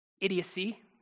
idiocy